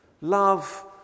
Love